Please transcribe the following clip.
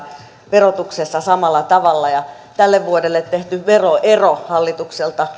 verotuksessa samalla tavalla ja tälle vuodelle tehty veroero hallitukselta